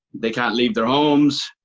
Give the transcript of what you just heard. they can't leave their homes.